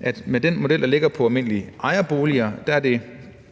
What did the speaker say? at med den model, der ligger for almindelige ejerboliger, regner man